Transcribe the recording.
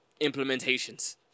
implementations